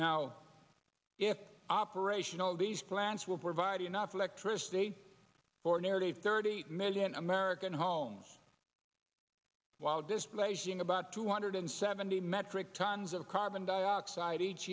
now if operational these plants will provide enough electricity for nearly thirty million american homes while displacing about two hundred seventy metric tons of carbon dioxide each